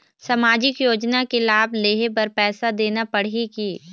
सामाजिक योजना के लाभ लेहे बर पैसा देना पड़ही की?